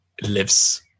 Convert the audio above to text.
lives